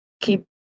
keep